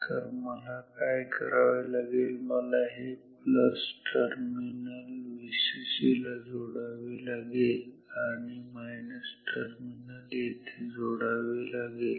तर मला काय करावे लागेल मला हे प्लस टर्मिनल Vcc ला जोडावे लागेल आणि मायनस टर्मिनल येथे जोडावे लागेल